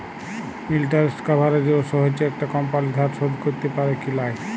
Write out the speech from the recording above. interest coverage ratio হচ্যে একট কমপালি ধার শোধ ক্যরতে প্যারে কি লায়